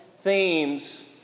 themes